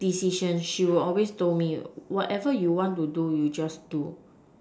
decision she will always told me whatever you want to do you just do